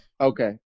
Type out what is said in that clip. okay